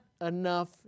enough